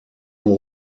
ont